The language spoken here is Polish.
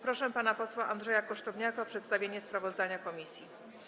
Proszę pana posła Andrzeja Kosztowniaka o przedstawienie sprawozdania komisji.